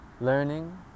Learning